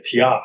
PR